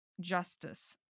justice